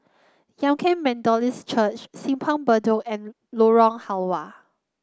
Kum Yan Methodist Church Simpang Bedok and Lorong Halwa